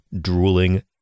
drooling